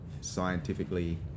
scientifically